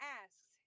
asks